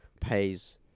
pays